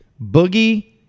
Boogie